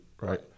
Right